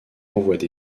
envoient